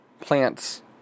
plants